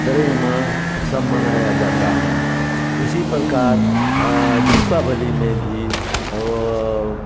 डरेमा तब मनाया जाता है उसी प्रकार दीपावली में भी